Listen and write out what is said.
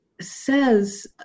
says